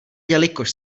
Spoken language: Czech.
jelikož